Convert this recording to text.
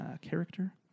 Character